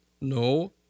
No